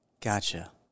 Gotcha